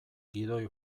gidoi